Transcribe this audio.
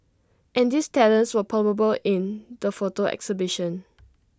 and these talents were palpable in the photo exhibition